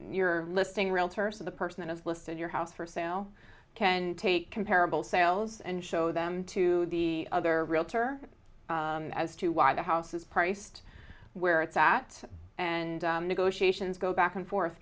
you're listing realtor so the person that has listed your house for sale can take comparable sales and show them to the other realtor as to why the house is priced where it's at and negotiations go back and forth